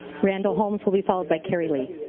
randall holmes will be followed by carrie lee.